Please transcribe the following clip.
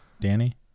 Danny